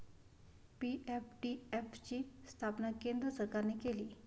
PFDF ची स्थापना केंद्र सरकारने केली